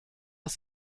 das